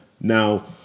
Now